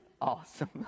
awesome